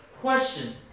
question